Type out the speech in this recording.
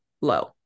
low